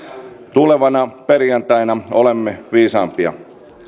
tulevana perjantaina olemme viisaampia